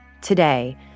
Today